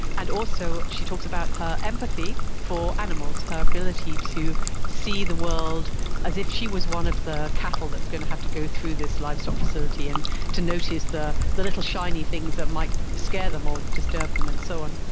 and also she talks about her empathy for animals, her ability to see the world as if she was one of the cattle that's going to have to go through this livestock facility and to notice the the little shiny things that might scare them or disturb them and so on.